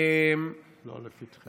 לא לפתחי.